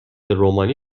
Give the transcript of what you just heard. رومانی